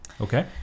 Okay